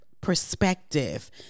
perspective